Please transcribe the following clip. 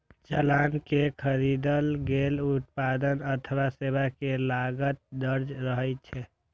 चालान मे खरीदल गेल उत्पाद अथवा सेवा के लागत दर्ज रहै छै